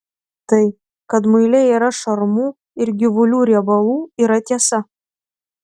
tai kad muile yra šarmų ir gyvulių riebalų yra tiesa